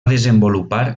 desenvolupar